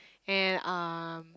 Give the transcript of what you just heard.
and um